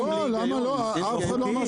לא, אף אחד לא אמר שהם לא תקינים.